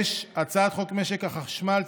6. הצעת חוק משק החשמל (תיקון,